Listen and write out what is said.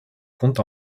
compte